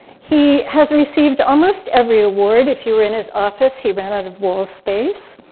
he has received almost every award. if you were in his office, he ran out of wall space.